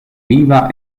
viva